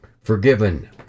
Forgiven